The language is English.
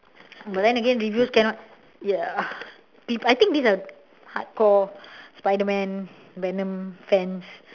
but then again reviews cannot ya I think these are hardcore spiderman venom fans